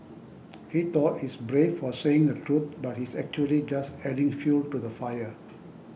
he thought he's brave for saying the truth but he's actually just adding fuel to the fire